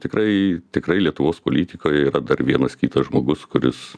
tikrai tikrai lietuvos politikoj dar vienas kitas žmogus kuris